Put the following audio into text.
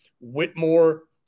Whitmore